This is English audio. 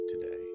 today